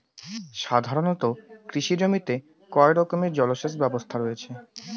সাধারণত কৃষি জমিতে কয় রকমের জল সেচ ব্যবস্থা রয়েছে?